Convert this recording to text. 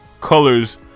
colors